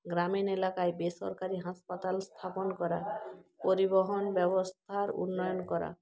গ্রামীণ এলাকায় বেসরকারি হাসপাতাল স্থাপন করা পরিবহন ব্যবস্থার উন্নয়ন করা